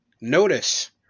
Notice